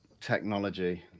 Technology